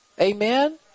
Amen